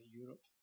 europe